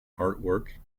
artwork